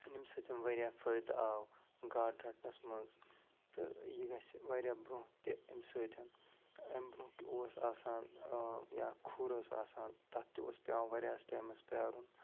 ییٚمہِ سۭتۍ واریاہ فٲیدٕ آو گاڈٕ رَٹنَس مَنٛز تہٕ یہِ گَژھِ واریاہ برٛونٛہہ تہِ اَمہِ سۭتۍ اَمہِ برٛونٛہہ اوس آسان یا کھُر اوس آسان تتھ تہِ اوس پٮ۪وان واریاہَس ٹایمَس پیٛارُن